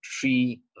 three